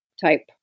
type